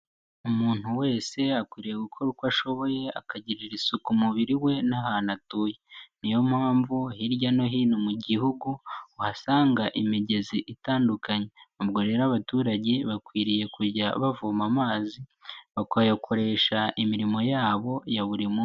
Umuntu wese akwiriye gukora uko ashoboye akagirira isuku umubiri we n'ahantu atuye, niyo mpamvu hirya no hino mu gihugu, uhasanga imigezi itandukanye. Ubwo rero abaturage bakwiriye kujya bavoma amazi, bakayakoresha imirimo yabo ya buri munsi.